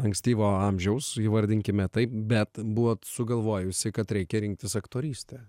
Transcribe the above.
ankstyvo amžiaus įvardinkime taip bet buvot sugalvojusi kad reikia rinktis aktorystę